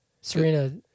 Serena